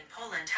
Poland